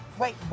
Wait